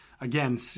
again